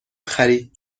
خرید